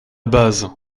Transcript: base